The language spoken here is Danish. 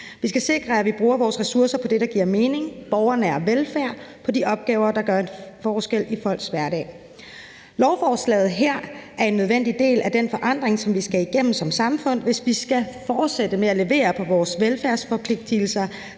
Vi skal sikre, at vi bruger vores ressourcer på det, der giver mening, altså borgernær velfærd og på de opgaver, der gør en forskel i folkets hverdag. Lovforslaget her er en nødvendig del af den forandring, som vi skal igennem som samfund, hvis vi skal fortsætte med at levere på vores velfærdsforpligtelser,